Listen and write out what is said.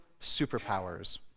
superpowers